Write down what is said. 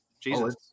Jesus